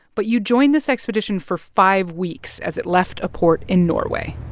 but you joined this expedition for five weeks as it left a port in norway